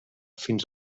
fins